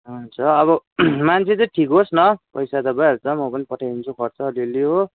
हन्छ अब मान्छे चाहिँ ठिक होस् न पैसा त भइहाल्छ म पनि पठाइदिन्छु खर्च अलिअलि हो